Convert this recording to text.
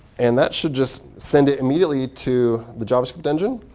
and that should just send it immediately to the javascript engine.